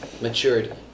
maturity